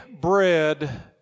bread